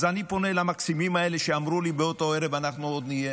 אז אני פונה למקסימים האלה שאמרו לי באותו ערב "אנחנו עוד נהיה":